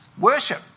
Worship